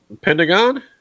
Pentagon